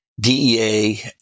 DEA